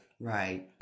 Right